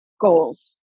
goals